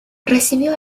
recibió